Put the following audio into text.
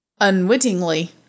unwittingly